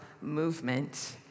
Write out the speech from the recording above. movement